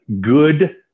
good